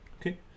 Okay